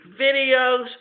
videos